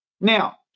Now